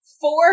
Four